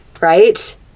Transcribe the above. Right